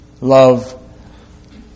Love